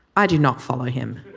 i do not follow him.